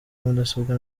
mudasobwa